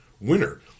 Winner